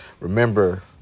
Remember